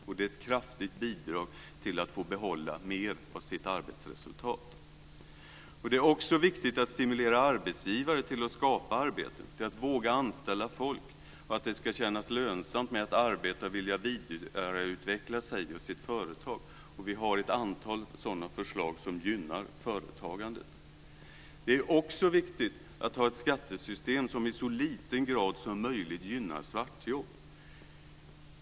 Det är ett kraftigt bidrag till att få behålla mer av sitt arbetsresultat. Det är också viktigt att stimulera arbetsgivare till att skapa arbeten, till att våga anställa folk. Det ska kännas lönsamt att arbeta och att vilja vidareutveckla sig och sitt företag. Vi har ett antal sådana förslag som gynnar företagandet. Vidare är det viktigt att ha ett skattesystem som så lite som möjligt gynnar svartjobb.